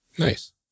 Nice